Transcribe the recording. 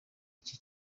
iki